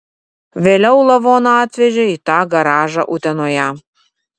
vėliau lavoną atvežė į tą garažą utenoje